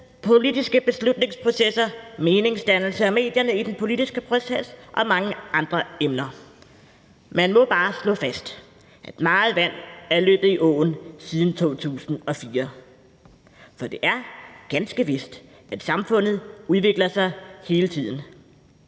politiske beslutningsprocesser, meningsdannelse og medierne i den politiske proces og mange andre emner. Man må bare slå fast, at meget vand er løbet i åen siden 2004. For det er ganske vist, at samfundet udvikler sig hele tiden.